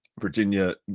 virginia